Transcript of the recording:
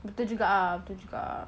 betul juga ah betul juga ah